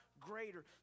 greater